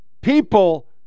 People